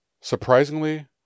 Surprisingly